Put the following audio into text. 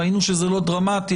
ראינו שזה לא דרמטי,